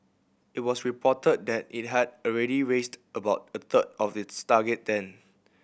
it was reported that it had already raised about a third of its target then